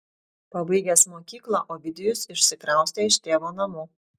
pabaigęs mokyklą ovidijus išsikraustė iš tėvo namų